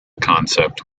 concept